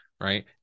right